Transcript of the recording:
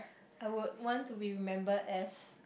I would want to be remembered as